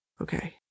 Okay